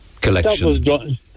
collection